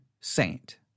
saint